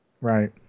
Right